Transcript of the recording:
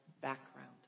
background